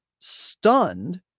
stunned